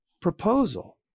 proposal